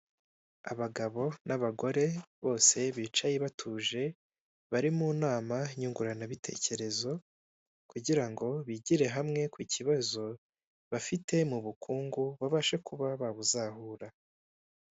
Abagabo n'abagore, bose bicaye batuje, bari mu nama nyungurana bitekerezo, kugira ngo bigire hamwe ku kibazo bafite mu bukungu, babashe kuba babuzahura.